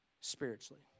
spiritually